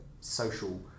social